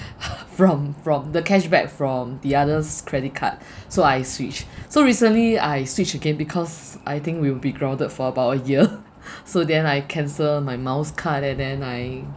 from from the cashback from the others credit card so I switched so recently I switched again because I think we'll be grounded for about a year so then I cancelled my miles card and then I